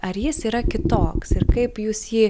ar jis yra kitoks ir kaip jūs jį